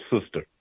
sister